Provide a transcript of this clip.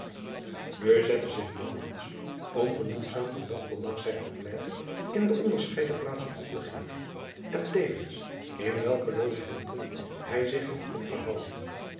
zette zich om genoegzaam van dag tot dag zijn verblijf in de onderscheiden plaatsen op te geven en tevens in welke logementen hij zich had opgehouden